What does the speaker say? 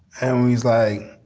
and he's like,